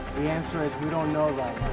the answer is we don't know right